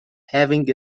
having